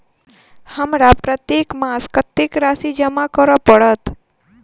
हमरा प्रत्येक मास कत्तेक राशि जमा करऽ पड़त?